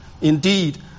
Indeed